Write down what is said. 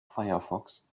firefox